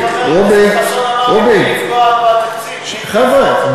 דרך אגב,